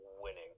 winning